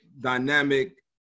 dynamic